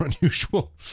unusual